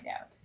out